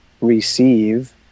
receive